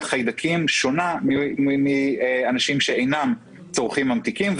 חיידקים שונה מאנשים שאינם צורכים ממתיקים.